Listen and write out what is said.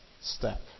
step